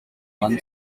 one